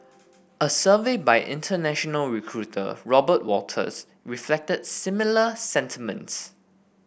a survey by international recruiter Robert Walters reflected similar sentiments